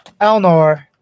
Elnor